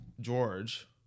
george